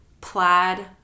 plaid